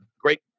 great